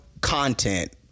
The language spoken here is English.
content